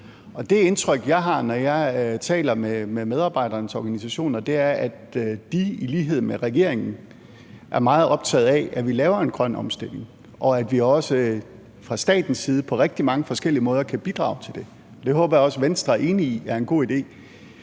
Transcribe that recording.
det indtryk, jeg har, når jeg taler med medarbejdernes organisationer, er, at de i lighed med regeringen er meget optaget af, at vi laver en grøn omstilling, og at vi også fra statens side på rigtig mange forskellige måder kan bidrage til det. Det håber jeg også at Venstre er enig i er en god idé.